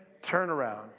turnaround